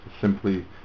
simply